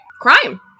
crime